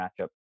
matchup